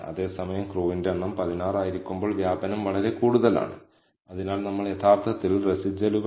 അതിനാൽ linear model സ്വീകാര്യമാണോ അല്ലയോ അല്ലെങ്കിൽ ടി നല്ലതാണോ എന്ന് നമുക്ക് തീരുമാനിക്കാൻ കഴിയുന്ന വിവിധ മാർഗങ്ങളാണിത്